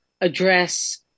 address